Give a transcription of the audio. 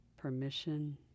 permission